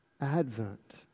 Advent